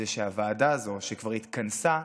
זה שהוועדה הזו, שכבר התכנסה,